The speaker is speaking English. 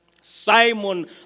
Simon